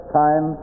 time